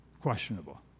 questionable